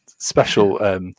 Special